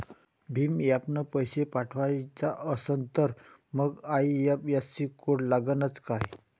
भीम ॲपनं पैसे पाठवायचा असन तर मंग आय.एफ.एस.सी कोड लागनच काय?